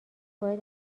باید